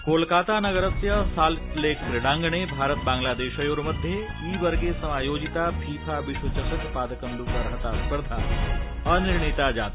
कोलकाता नगरस्य साल्टलेक क्रीडाङ्गणे भारत बांग्लादेशयोर्मध्यै ई वर्गे समायोजिता फीफा विश्वचषकपादकन्द्कार्हता स्पर्धा अनिर्णीता जाता